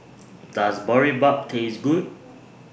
Does Boribap Taste Good